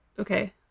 Okay